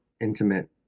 intimate